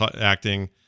acting